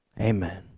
amen